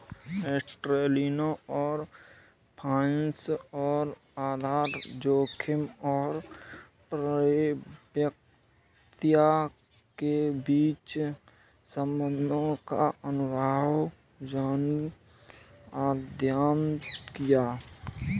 एस्टेलिनो और फ्रांसिस ने आधार जोखिम और परिपक्वता के बीच संबंधों का अनुभवजन्य अध्ययन किया